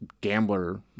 gambler